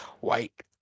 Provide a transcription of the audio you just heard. white